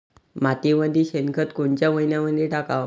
मातीमंदी शेणखत कोनच्या मइन्यामंधी टाकाव?